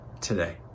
today